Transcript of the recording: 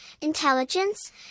intelligence